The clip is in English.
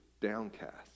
downcast